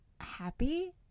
happy